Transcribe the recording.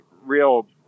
real